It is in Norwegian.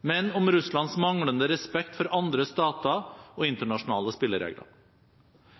men om Russlands manglende respekt for andre stater og internasjonale spilleregler.